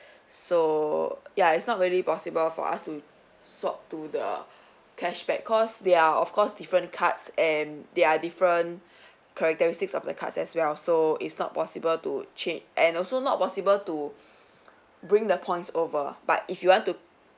so ya it's not really possible for us to swap to the cashback cause they are of course different cards and they are different characteristics of the cards as well so it's not possible to change and also not possible to bring the points over but if you want to